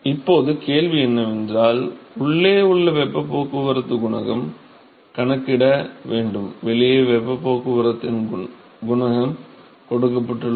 இப்போது கேள்வி என்ன்வென்றால் உள்ளே வெப்ப போக்குவரத்து குணகம் கணக்கிட வேண்டும் வெளியே வெப்ப போக்குவரத்து குணகம் கொடுக்கப்பட்டுள்ளது